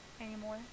Anymore